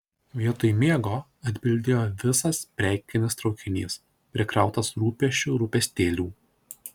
vietoj miego atbildėjo visas prekinis traukinys prikrautas rūpesčių rūpestėlių